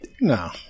No